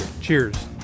cheers